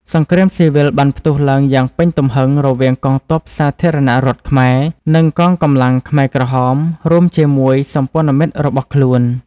សង្គ្រាមស៊ីវិលបានផ្ទុះឡើងយ៉ាងពេញទំហឹងរវាងកងទ័ពសាធារណរដ្ឋខ្មែរ និងកងកម្លាំងខ្មែរក្រហម រួមជាមួយសម្ព័ន្ធមិត្តរបស់ខ្លួន។